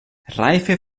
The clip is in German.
reife